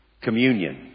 Communion